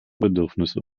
bedürfnisse